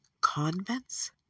convents